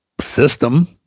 system